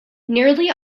nearly